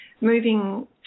moving